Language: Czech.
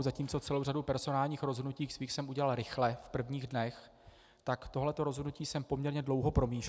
Zatímco celou řadu svých personálních rozhodnutí jsem udělal rychle v prvních dnech, tak tohle rozhodnutí jsem poměrně dlouho promýšlel.